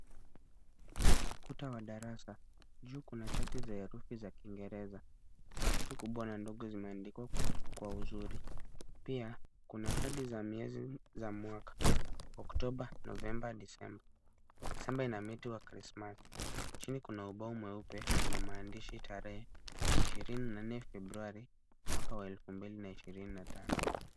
Ukuta wa darasa juu kuna chati za herufi za Kiingereza . Herufi kubwa na ndogo zimeandikwa kwa uzuri. Pia kuna kadi za miezi za mwaka ;oktoba ,Novemba ,Disemba. Disemba ina miti wa Krismasi. Chini kuna ubao mweupe wenye maandishi tarehe ishirini na nne Februari mwaka wa elfu mbili na ishirini na tano.